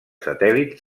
satèl·lits